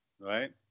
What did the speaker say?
right